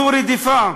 זו רדיפה.